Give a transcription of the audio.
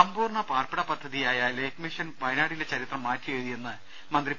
സമ്പൂർണ്ണ പാർപ്പിട പദ്ധതിയായ ലൈഫ് മിഷൻ വയനാടിന്റെ ചരിത്രം മാറ്റിയെഴുതിയെന്ന് മന്ത്രി പി